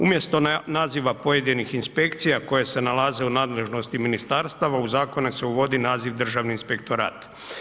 Umjesto naziva pojedinih inspekcija koje se nalaze u nadležnosti ministarstava u zakone se uvodi naziv Državni inspektorat.